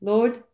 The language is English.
Lord